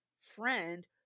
friend